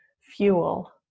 fuel